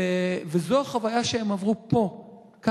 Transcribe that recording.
זאת החוויה שהם עברו כאן,